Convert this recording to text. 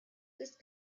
ist